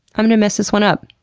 i'm gonna mess this one up.